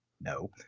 No